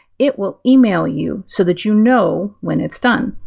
it will email you so that you know when it's done.